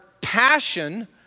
passion